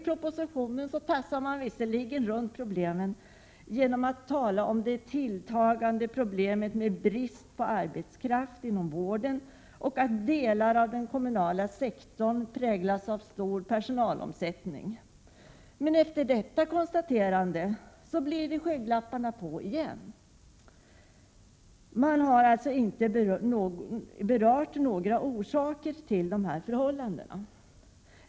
Propositionen tassar runt problemen genom att i stället tala om dels den tilltagande bristen på arbetskraft inom vården, dels den stora personalomsättningen i delar av den kommunala sektorn. Efter detta konstaterande blir det skygglapparna på igen. Propositionen berör alltså inte orsakerna till problemen.